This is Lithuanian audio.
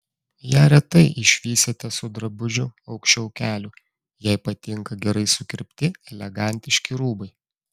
ją retai išvysite su drabužiu aukščiau kelių jai patinka gerai sukirpti elegantiški rūbai